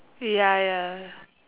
ya ya